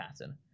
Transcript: pattern